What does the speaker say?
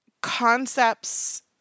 concepts